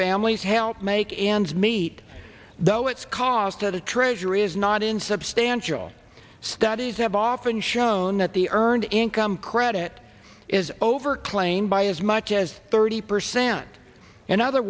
families help make ends meet though its cost of the treasury is not insubstantial studies have often show known that the earned income credit is over claimed by as much as thirty percent in other